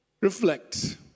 Reflect